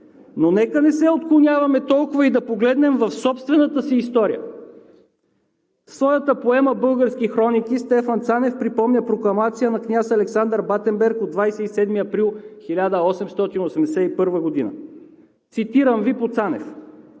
но нека не се отклоняваме толкова и да погледнем в собствената си история. В своята поема „Български хроники“ Стефан Цанев припомня прокламацията на княз Александър Батенберг от 27 април 1881 г. Цитирам: „Днешното